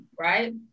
right